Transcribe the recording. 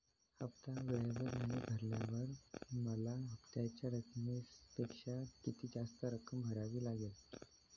हफ्ता वेळेवर नाही भरल्यावर मला हप्त्याच्या रकमेपेक्षा किती जास्त रक्कम भरावी लागेल?